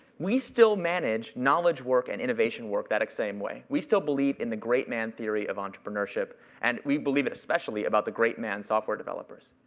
we still manage knowledge work and innovation work that exact same way. we still believe in the great man theory of entrepreneurship and we believe it especially about the great man software developers.